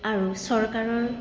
আৰু চৰকাৰৰ